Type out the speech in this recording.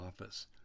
office